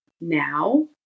now